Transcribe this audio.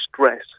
stress